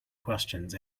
questions